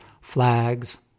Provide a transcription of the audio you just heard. flags